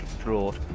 throat